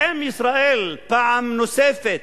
האם ישראל פעם נוספת